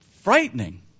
frightening